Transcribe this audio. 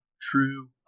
True